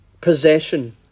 possession